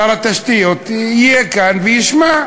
שר התשתיות, יהיה כאן וישמע.